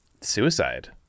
suicide